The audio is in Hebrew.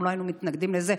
אנחנו לא היינו מתנגדים לזה,